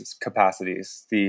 capacities